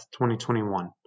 2021